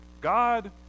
God